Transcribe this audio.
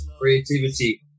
creativity